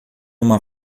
uma